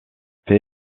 fait